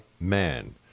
man